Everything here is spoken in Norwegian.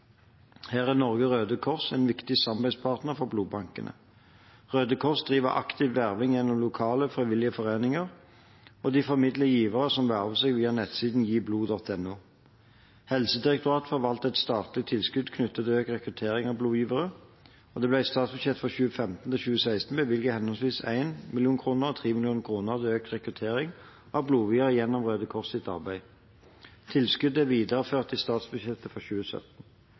Her er Norges Røde Kors en viktig samarbeidspartner for blodbankene. Røde Kors driver aktiv verving gjennom lokale frivillige foreninger, og de formidler givere som verver seg via nettsiden GiBlod.no. Helsedirektoratet forvalter et statlig tilskudd knyttet til økt rekruttering av blodgivere, og det ble i statsbudsjettet for 2015 og 2016 bevilget henholdsvis 1 mill. kr og 3 mill. kr til økt rekruttering av blodgivere gjennom Røde Kors sitt arbeid. Tilskuddet er videreført i statsbudsjettet for 2017.